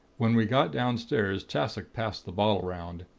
when we got downstairs, tassoc passed the bottle round.